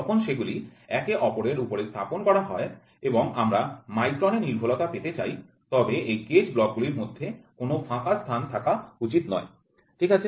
যখন সেগুলি একে অপরের উপরে স্থাপন করা হয় এবং আমরা মাইক্রনে সঠিকতা পেতে চাই তবে এই গেজ ব্লক গুলির মধ্যে কোনও ফাঁকা স্থান থাকা উচিত নয় ঠিক আছে